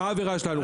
מה העבירה שלנו?